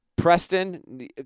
Preston